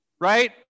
Right